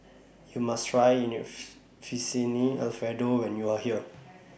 YOU must Try Fettuccine Alfredo when YOU Are here